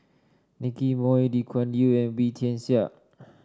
Nicky Moey Lee Kuan Yew and Wee Tian Siak